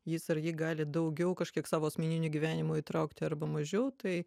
jis ar ji gali daugiau kažkiek savo asmeninio gyvenimo įtraukti arba mažiau tai